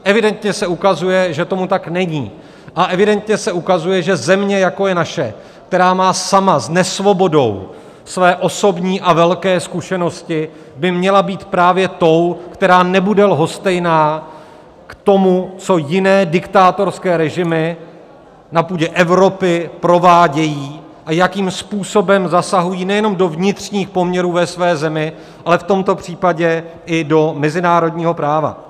Evidentně se ukazuje, že tomu tak není, a evidentně se ukazuje, že země, jako je naše, která má sama s nesvobodou své osobní a velké zkušenosti, by měla být právě tou, která nebude lhostejná k tomu, co jiné diktátorské režimy na půdě Evropy provádějí a jakým způsobem zasahují nejenom do vnitřních poměrů ve své zemi, ale v tomto případě i do mezinárodního práva.